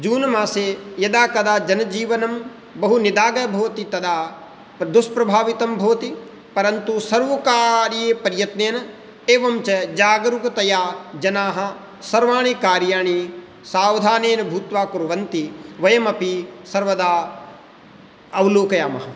जून् मासे यदा कदा जनजीवनं बहु निदाघः भवति तदा दुष्प्रभावितं भवति परन्तु सर्वकारीयप्रयत्नेन एवञ्च जागरूकतया जनाः सर्वाणि कार्याणि सावधानेन भूत्वा कुर्वन्ति वयमपि सर्वदा अवलोकयामः